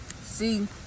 see